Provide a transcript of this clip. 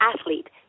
athlete